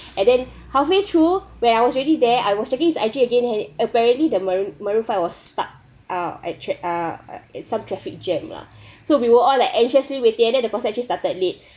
and then halfway through when I was already there I was checking his I_G again and apparently the maroon maroon five was stuck ah actually uh it's some traffic jam lah so we were all like anxiously waiting and then the concert actually started late